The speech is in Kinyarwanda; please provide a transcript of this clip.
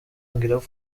ngo